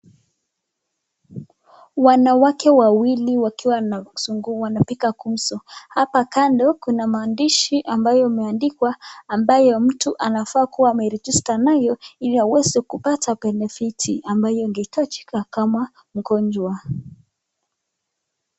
Wanawake wawili wakiwa wanapiga gumzo, hapa kando kuna maandishi ambayo imeandikwa ambayo mtu anafaa kuwa ame register nayo ili aweze kupata benefiti ambayo ingehitajika kama mgonjwa.